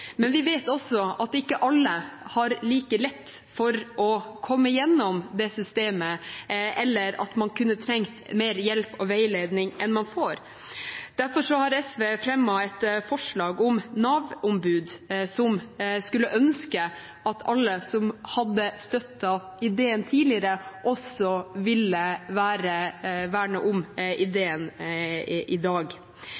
Men vi vet også at ikke alle har like lett for å komme gjennom dette systemet, eller at man kunne trengt mer hjelp og veiledning enn man får. Derfor har SV fremmet et forslag om Nav-ombud, som jeg skulle ønske at alle som hadde støttet ideen om tidligere, også ville verne om